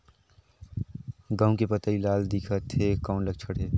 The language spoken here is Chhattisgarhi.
गहूं के पतई लाल दिखत हे कौन लक्षण हे?